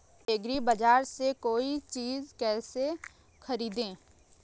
एग्रीबाजार से कोई चीज केसे खरीदें?